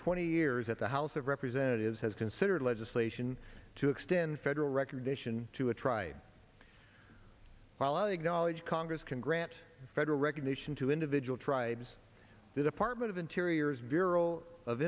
twenty years at the house of representatives has considered legislation to extend federal recognition to a tribe colleague knowledge congress can grant federal recognition to individual tribes the department of interior as bureau of